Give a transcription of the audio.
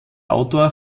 autor